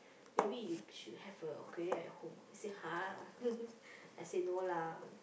maybe you should have a aquarium at home I said !huh! I said no lah